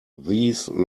these